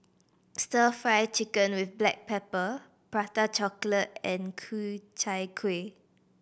Stir Fry Chicken with black pepper Prata Chocolate and Ku Chai Kuih